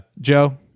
joe